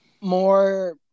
more